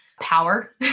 power